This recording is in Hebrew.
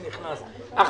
אחמד,